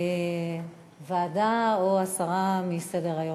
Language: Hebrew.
ועדה או הסרה מסדר-היום.